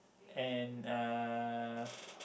and uh